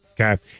Okay